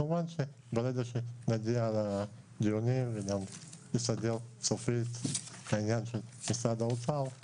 כמובן שברגע שנגיע לדיונים נסדר סופית את העניין של משרד האוצר.